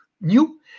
new